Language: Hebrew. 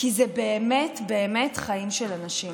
כי זה באמת באמת חיים של אנשים.